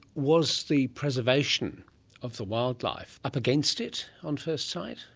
was the preservation of the wildlife up against it on first sight?